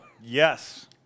Yes